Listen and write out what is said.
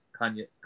Kanye